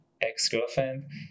ex-girlfriend